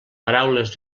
paraules